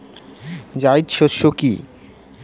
জায়িদ শস্য কি?